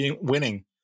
winning